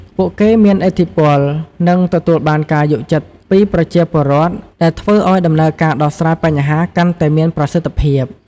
ពួកគេមានឥទ្ធិពល និងទទួលបានការទុកចិត្តពីប្រជាពលរដ្ឋ ដែលធ្វើឱ្យដំណើរការដោះស្រាយបញ្ហាកាន់តែមានប្រសិទ្ធភាព។